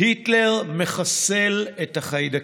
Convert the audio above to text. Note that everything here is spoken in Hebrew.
"היטלר מחסל את החיידקים",